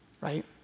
Right